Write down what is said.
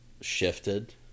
shifted